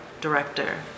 director